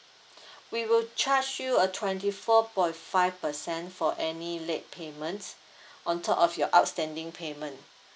we will charge you a twenty four point five percent for any late payments on top of your outstanding payment